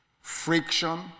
friction